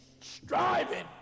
striving